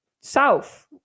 south